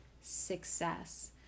success